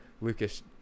Lucas